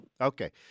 Okay